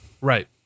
Right